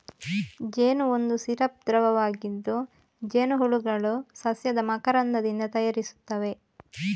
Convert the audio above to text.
ಜೇನು ಒಂದು ಸಿರಪ್ ದ್ರವವಾಗಿದ್ದು, ಜೇನುಹುಳುಗಳು ಸಸ್ಯದ ಮಕರಂದದಿಂದ ತಯಾರಿಸುತ್ತವೆ